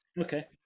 okay